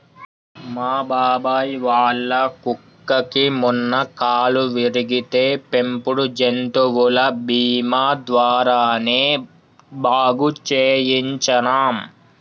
మా బాబాయ్ వాళ్ళ కుక్కకి మొన్న కాలు విరిగితే పెంపుడు జంతువుల బీమా ద్వారానే బాగు చేయించనం